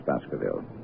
Baskerville